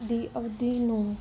ਦੀ ਅਵਧੀ ਨੂੰ